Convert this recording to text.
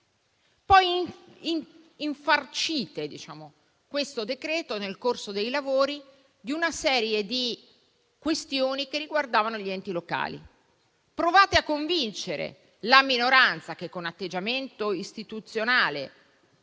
Poi infarcite questo decreto nel corso dei lavori di una serie di questioni che riguardavano gli enti locali. Provate a convincere la minoranza - che con atteggiamento istituzionale